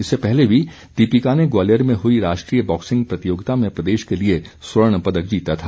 इससे पहले भी दीपिका ने ग्वालियर में हुई राष्ट्रीय बॉक्सिंग प्रतियोगिता में प्रदेश के लिए स्वर्ण पदक जीता था